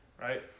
right